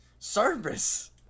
service